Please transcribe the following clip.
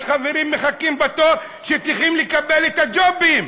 יש חברים שמחכים בתור, שצריכים לקבל את הג'ובים.